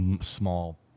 small